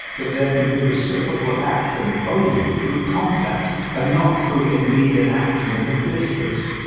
that there can be reciprocal action only through contact, and not through immediate action at a distance.